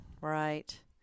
Right